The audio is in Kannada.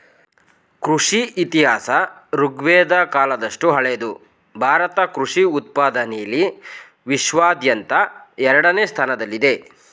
ಕೃಷಿ ಇತಿಹಾಸ ಋಗ್ವೇದ ಕಾಲದಷ್ಟು ಹಳೆದು ಭಾರತ ಕೃಷಿ ಉತ್ಪಾದನೆಲಿ ವಿಶ್ವಾದ್ಯಂತ ಎರಡನೇ ಸ್ಥಾನದಲ್ಲಿದೆ